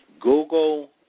Google